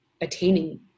attaining